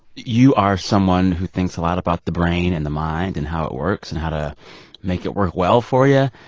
you are someone who thinks a lot about the brain and the mind and how it works and how to make it work well for you.